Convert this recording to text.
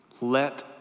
let